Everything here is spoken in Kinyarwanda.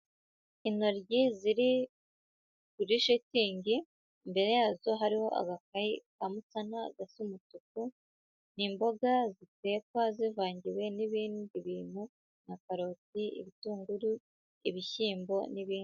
Intoryi ziri kuri shitingi, imbere yazo hariho agakayi gatoya ka musana gasa umutuku, ni imboga zitekwa zivangiwe n'ibindi bintu nka karoti, ibitunguru, ibishyimbo n'ibindi.